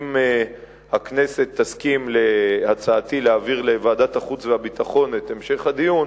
אם הכנסת תסכים להצעתי להעביר לוועדת החוץ והביטחון את המשך הדיון,